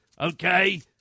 Okay